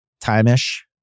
time-ish